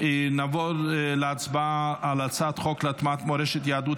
נעבור להצבעה על הצעת חוק להטמעת מורשת יהדות